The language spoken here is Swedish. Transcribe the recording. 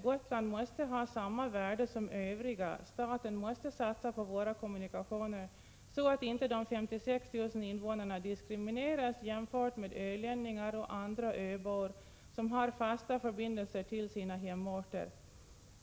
Gotland måste ha samma värde som övriga, staten måste satsa på våra kommunikationer så att inte de 56 000 invånarna diskrimineras jämfört med ölänningar och andra öbor som har fasta förbindelser till sina hemorter.